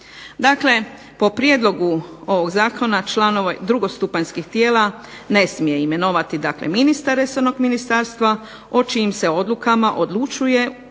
Dakle, po prijedlogu ovog zakona članova drugostupanjskog tijela ne smije imenovati ministar resornog ministarstva o čijim se odlukama odlučuje